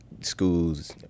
schools